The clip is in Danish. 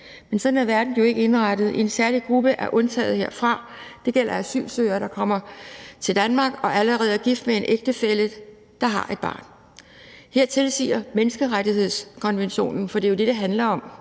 Men sådan er verden jo ikke indrettet. En særlig gruppe er undtaget herfra. Det gælder asylansøgere, der kommer til Danmark og allerede er gift med en ægtefælle, der er et barn. Her tilsiger menneskerettighedskonventionen, for det er jo det, det handler om